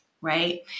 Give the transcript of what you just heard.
right